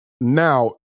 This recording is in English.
now